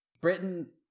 Britain